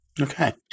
Okay